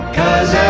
cause